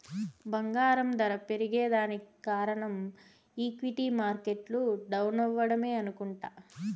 బంగారం దర పెరగేదానికి కారనం ఈక్విటీ మార్కెట్లు డౌనవ్వడమే అనుకుంట